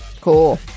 cool